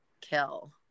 kill